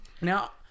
Now